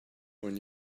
when